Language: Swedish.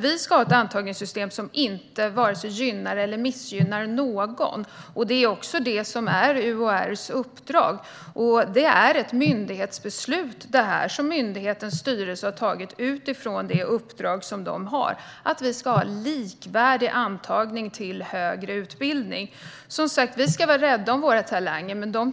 Vi ska ha ett antagningssystem som varken gynnar eller missgynnar någon. Detta är också UHR:s uppdrag. Det är ett myndighetsbeslut som myndighetens styrelse har fattat utifrån det uppdrag de har, att vi ska ha en likvärdig antagning till högre utbildning. Vi ska vara rädda om våra talanger, men de